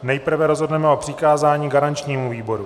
Nejprve rozhodneme o přikázání garančnímu výboru.